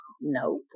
Nope